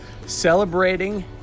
celebrating